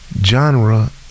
genre